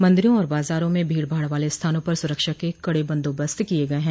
मन्दिरों और बाजारों में भीड़भाड़ वाले स्थानों पर सुरक्षा के कड़े बंदोबस्त किये गये हैं